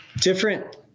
different